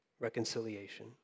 reconciliation